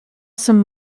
some